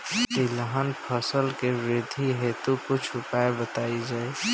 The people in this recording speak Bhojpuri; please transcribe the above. तिलहन फसल के वृद्धी हेतु कुछ उपाय बताई जाई?